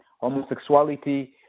homosexuality